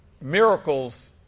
miracles